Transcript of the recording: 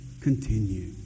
continue